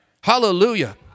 Hallelujah